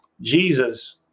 Jesus